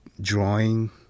drawing